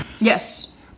Yes